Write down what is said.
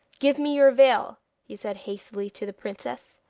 give me your veil he said hastily to the princess.